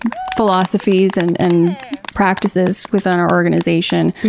philosophies and and practices within our organization.